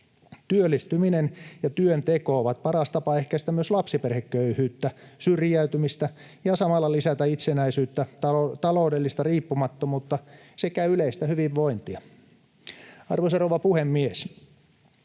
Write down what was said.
Työllistyminen ja työnteko ovat paras tapa ehkäistä myös lapsiperheköyhyyttä, syrjäytymistä ja samalla lisätä itsenäisyyttä, taloudellista riippumattomuutta sekä yleistä hyvinvointia. Arvoisa rouva puhemies!